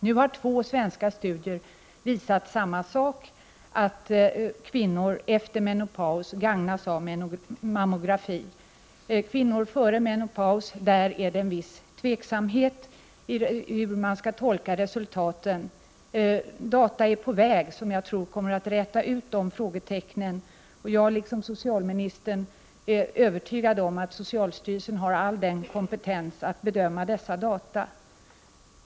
Nu har två svenska studier visat samma sak, nämligen att kvinnor efter menopaus gagnas av mammografi. Vad beträffar kvinnor före menopaus råder en viss osäkerhet om hur man skall tolka resultaten. Data är på väg som jag tror kommer att räta ut de frågetecknen, och jag är liksom socialministern övertygad om att socialstyrelsen har all kompetens att bedöma dessa data.